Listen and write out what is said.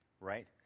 right